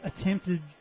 attempted